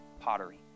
pottery